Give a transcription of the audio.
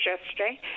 yesterday